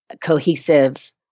cohesive